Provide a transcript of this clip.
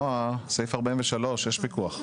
נעה, סעיף 43, יש פיקוח.